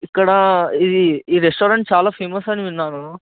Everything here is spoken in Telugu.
ఇక్కడ ఇది ఈ రెస్టారెంట్ చాలా ఫేమస్ అని విన్నాను